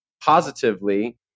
positively